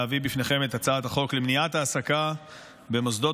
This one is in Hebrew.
אני מתכבד להביא בפניכם הצעת חוק למניעת העסקה במוסדות